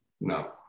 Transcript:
no